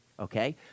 Okay